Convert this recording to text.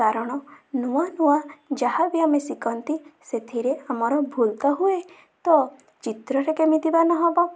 କାରଣ ନୂଆ ନୂଆ ଯାହାବି ଆମେ ଶିଖନ୍ତି ସେଥିରେ ଆମର ଭୁଲ ତ ହୁଏ ତ ଚିତ୍ରରେ କେମିତି ବା ନ ହବ